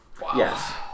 Yes